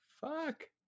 Fuck